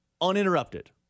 uninterrupted